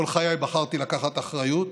כל חיי בחרתי לקחת אחריות